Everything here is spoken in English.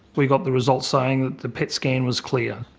we got the result saying that the pet scan was clear.